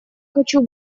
хочу